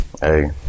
Hey